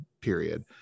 period